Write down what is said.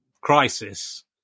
crisis